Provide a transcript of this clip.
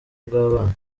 bw’abana